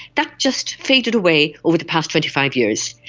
that just faded away over the past twenty five years.